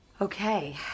okay